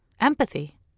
empathy